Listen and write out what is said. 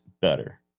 better